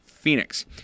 Phoenix